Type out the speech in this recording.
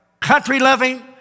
country-loving